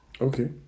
Okay